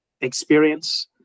experience